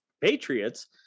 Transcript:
patriots